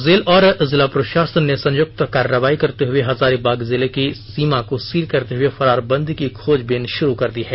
jail और जिला प्रशासन ने संयुक्त कार्रवाई करते हुए हजारीबाग जिले की सीमा को सील करते हुए फरार बंदी की खोजबीन शुरू कर दी है